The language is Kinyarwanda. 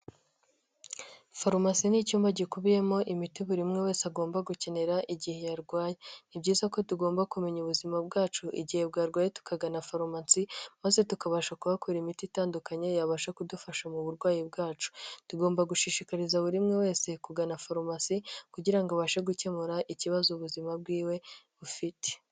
Farumasi ni icyumba gikubiyemo imiti buri umwe wese agomba gukenera igihe yarwaye. Ni byiza ko tugomba kumenya ubuzima bwacu igihe bwarwaye tukagana farumasi, maze tukabasha kuhakura imiti itandukanye yabasha kudufasha mu burwayi bwacu. Tugomba gushishikariza buri umwe wese kugana farumasi, kugira ngo abashe gukemura ikibazo ubuzima bwiwe bufite.